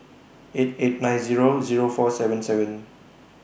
eight eight nine Zero Zero four seven seven